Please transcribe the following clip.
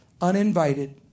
uninvited